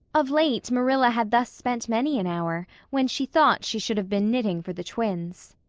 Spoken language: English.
of late marilla had thus spent many an hour, when she thought she should have been knitting for the twins.